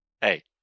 Hey